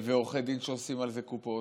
ועורכי דין שעושים על זה קופות.